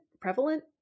prevalent